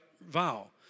vow